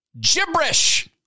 Gibberish